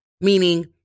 meaning